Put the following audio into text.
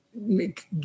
make